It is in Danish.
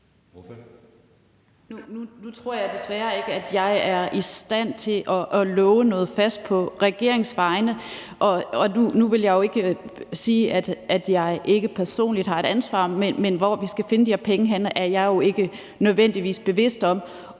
Nu tror jeg desværre ikke, at jeg er i stand til at love noget fast på regeringens vegne. Jeg vil ikke sige, at jeg ikke personligt har et ansvar, men hvor vi skal finde de her penge, er jeg jo ikke nødvendigvis bevidst om.